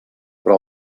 però